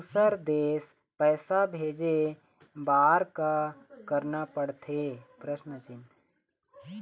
दुसर देश पैसा भेजे बार का करना पड़ते?